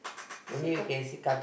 let's say for